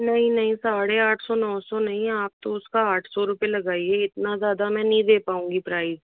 नहीं नहीं साढ़े आठ सौ नौ सौ नहीं आप तो उसका आठ सौ रुपए लगाइए इतना ज़्यादा मैं नहीं दे पाऊंगी प्राइस